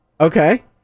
Okay